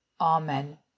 Amen